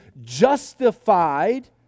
justified